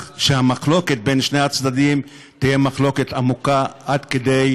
שהמחלוקת בין שני הצדדים תהיה מחלוקת עמוקה עד כדי